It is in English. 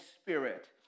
Spirit